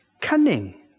Cunning